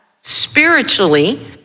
spiritually